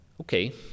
Okay